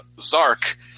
Zark